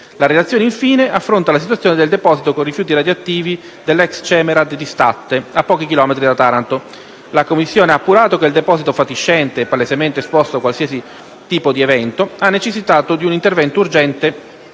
La relazione, infine, affronta la situazione del deposito con rifiuti radioattivi dell'ex Cemerad di Statte a pochi chilometri da Taranto. La Commissione ha appurato che il deposito fatiscente e palesemente esposto a qualsiasi tipo di evento ha necessitato di un intervento urgente